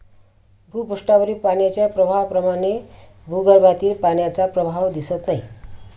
भूपृष्ठावरील पाण्याच्या प्रवाहाप्रमाणे भूगर्भातील पाण्याचा प्रवाह दिसत नाही